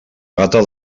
gata